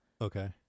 Okay